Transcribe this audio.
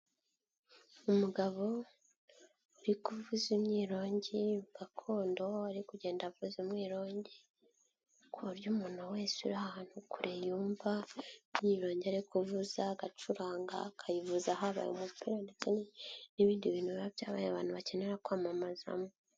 Umugabo uri kuvuza imyiirongi gakondo ari kugenda avuza umwirongi ku buryo umuntu wese uri ahantu kure yumva imyirongi ari kuvuza, agacuranga, akayivuza habaye umupira ndetse n'ibindi bintu biba byabaye abantu bakenera kwamamazamo.